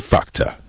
Factor